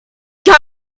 guys